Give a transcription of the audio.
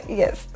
yes